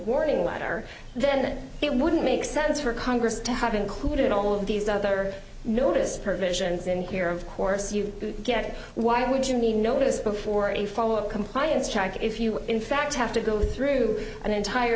warning letter then it wouldn't make sense for congress to have included all of these other notice her visions in here of course you get why would you need notice before a follow up compliance check if you in fact have to go through an entire